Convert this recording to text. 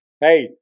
Hey